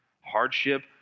Hardship